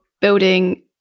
building